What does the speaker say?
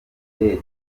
young